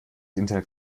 internet